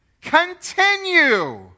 continue